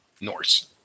Norse